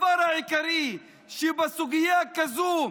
הדבר העיקרי שבסוגיה כזאת,